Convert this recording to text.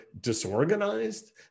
disorganized